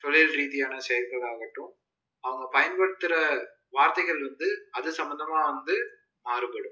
தொழில் ரீதியான செயல்கள் ஆகட்டும் அவங்க பயன்படுத்துகிற வார்த்தைகள் வந்து அது சம்பந்தமாக வந்து மாறுபடும்